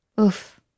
Oof